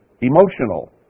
emotional